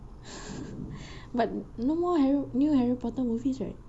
but no more new harry potter movies right